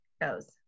goes